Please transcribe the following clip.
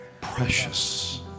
precious